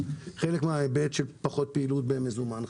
בהיבט של פחות פעילות במזומן,